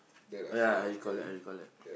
oh ya I recollect I recollect